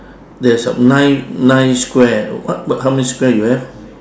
there's a nine nine square what what how many square you have